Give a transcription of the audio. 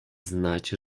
znać